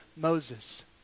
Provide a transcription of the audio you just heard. Moses